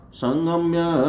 sangamya